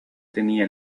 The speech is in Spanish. tenía